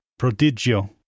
Prodigio